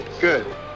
Good